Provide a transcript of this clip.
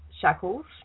shackles